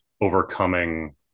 overcoming